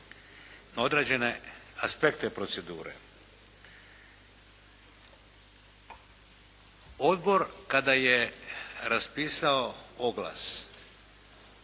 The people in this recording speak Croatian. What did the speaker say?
na određene aspekte procedure. Odbor kada je raspisao oglas